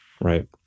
Right